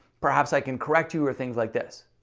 perhaps i can correct you or things like this.